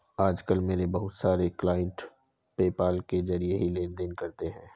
आज कल मेरे बहुत सारे क्लाइंट पेपाल के जरिये ही लेन देन करते है